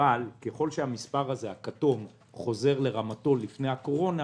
אבל ככל שהמספר הכתום חוזר לרמתו לפני הקורונה